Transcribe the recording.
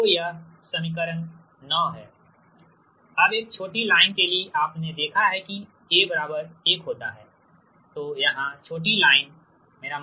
तो यह समीकरण 9 है अब एक छोटी लाइन के लिए आपने देखा है कि A 1 होता है तोयहां छोटी लाइन के लिए मोड